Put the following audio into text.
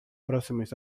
próximos